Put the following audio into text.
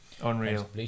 Unreal